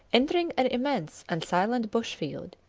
entering an immense and silent bush-field,